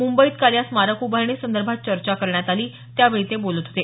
मुंबईत काल या स्मारक उभारणीसंदर्भात चर्चा करण्यात आली त्यावेळी ते बोलत होते